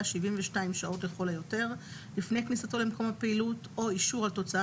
72 שעות לכל היותר לפני כניסתו למקום הפעילות או אישור על תוצאה